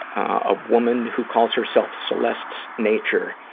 a woman who calls herself celeste's nature,